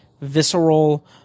visceral